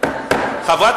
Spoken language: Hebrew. השרים, חברי חברי